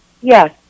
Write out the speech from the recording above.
Yes